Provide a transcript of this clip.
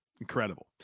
Incredible